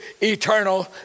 eternal